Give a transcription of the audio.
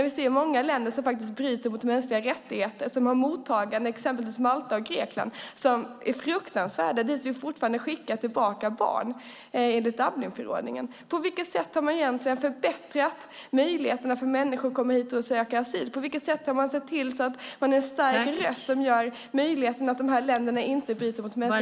Vi ser många länder som faktiskt bryter mot mänskliga rättigheter och som har ett mottagande, exempelvis Malta och Grekland, som är fruktansvärt. Dit skickar vi fortfarande tillbaka barn enligt Dublinförordningen. På vilket sätt har man egentligen förbättrat möjligheterna för människor att komma hit och söka asyl?